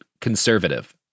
conservative